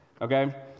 okay